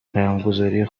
پیامگذاری